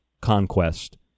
conquest